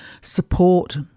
support